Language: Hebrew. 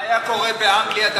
מה היה קורה באנגליה?